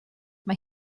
mae